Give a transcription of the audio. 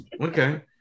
okay